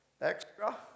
extra